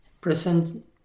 present